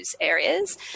areas